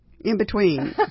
in-between